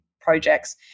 projects